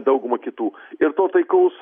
dauguma kitų ir to taikaus